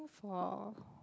for